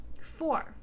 Four